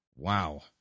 Wow